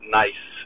nice